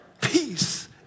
peace